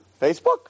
Facebook